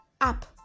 up